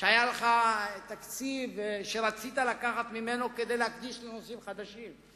שהיה לך תקציב שרצית לקחת ממנו כדי להקדיש לנושאים חדשים.